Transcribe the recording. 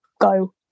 go